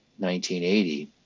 1980